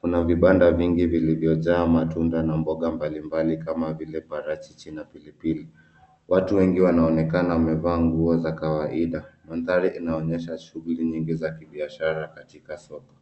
Kuna vibanda vingi vilivyojaa matunda na mboga mbalimbali kama vile parachichi na pilipili. Watu wengi wanaonekana wamevaa nguo za kawaida. Mandhari inaonyesha shughuli nyingi za kibiashara katika soko.